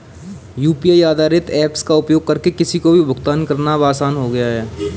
UPI आधारित apps का उपयोग करके किसी को भी भुगतान करना अब आसान हो गया है